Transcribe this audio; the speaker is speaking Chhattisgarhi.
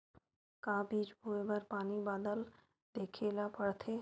का बीज बोय बर पानी बादल देखेला पड़थे?